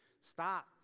stop